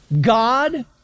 God